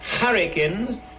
hurricanes